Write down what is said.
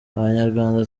abanyarwanda